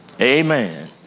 Amen